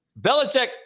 Belichick